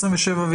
27,